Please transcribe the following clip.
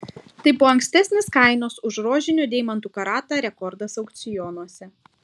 tai buvo ankstesnis kainos už rožinių deimantų karatą rekordas aukcionuose